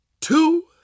two